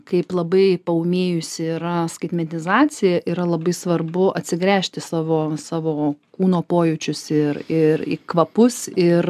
kaip labai paūmėjusi yra skaitmenizacija yra labai svarbu atsigręžti į savo savo kūno pojūčius ir ir į kvapus ir